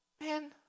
Man